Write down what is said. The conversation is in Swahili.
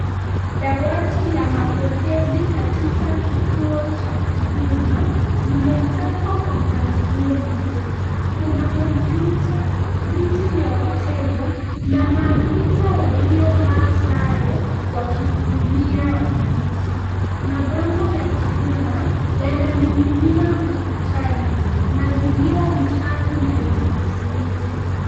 Dawati la mapokezi katika kituo cha huduma, limepangwa kwa mpangilio mzuri. Kuna kompyuta, viti vya wateja na maafisa waliovaa sare wakihudumia wananchi. Mabango ya huduma, yananing'inia ukutani. Mazingira ni safi na yenye utulivu.